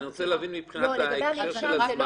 אני רוצה להבין מבחינת ההקשר של הזמן.